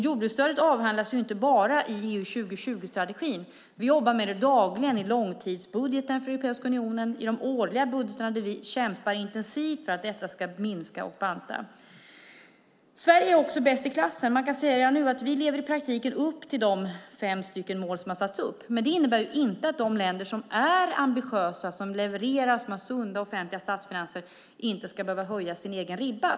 Jordbruksstödet avhandlas inte bara i EU 2020-strategin; vi jobbar med det dagligen i långtidsbudgeten för Europeiska unionen och i de årliga budgetarna där vi kämpar intensivt för att detta ska minska och bantas. Sverige är bäst i klassen. Man kan säga att vi i praktiken nu lever upp till de fem mål som har satts upp. Men det innebär inte att de länder som är ambitiösa, som levererar och som har sunda offentliga statsfinanser inte ska behöva höja sin egen ribba.